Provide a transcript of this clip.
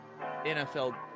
NFL